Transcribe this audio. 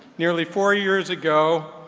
nearly four years ago,